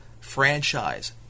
franchise